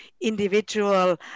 individual